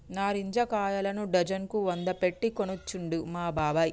నారింజ కాయలను డజన్ కు వంద పెట్టి కొనుకొచ్చిండు మా బాబాయ్